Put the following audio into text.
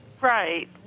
right